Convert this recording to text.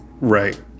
Right